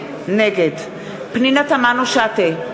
נגד פנינה תמנו-שטה,